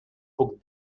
puc